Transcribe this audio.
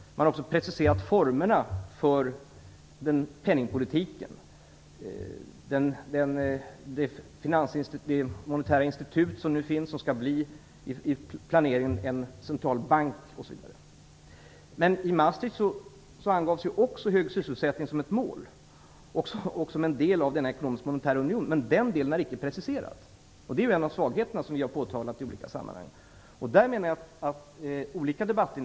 Man har också preciserat formerna för penningpolitiken. Det monetära institut som nu finns skall enligt planeringen bli en central bank, osv. I Maastrichtavtalet angavs också hög sysselsättning som ett mål och som en del av den ekonomiska och monetära unionen. Men den delen är icke preciserad. Det är en av svagheterna som vi har påtalat i olika sammanhang. Olika debattinlägg kan där vara intressanta.